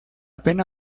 pena